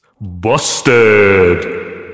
busted